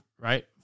right